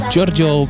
Giorgio